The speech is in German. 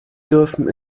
dürfen